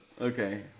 Okay